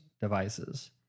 devices